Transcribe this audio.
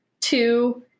two